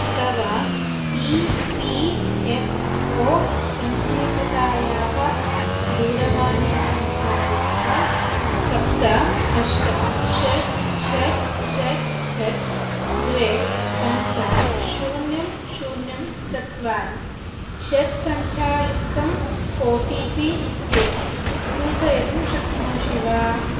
तव E P F O पञ्जीकृतायाः दूरवाणीसङ्ख्यायाः सप्त अष्ट षट् षट् षट् षट् द्वे पञ्च शून्यं शून्यं चत्वारि षट्सङ्ख्यायुक्तम् ओ टी पी इत्येतत् सूचयितुं शक्नोषि वा